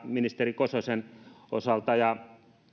ministeri kososen osalta ja